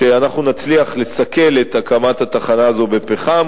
שאנחנו נצליח לסכל את הקמת התחנה הזאת בפחם,